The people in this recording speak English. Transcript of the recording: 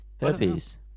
Herpes